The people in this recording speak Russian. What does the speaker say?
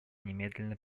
немедленно